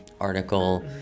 article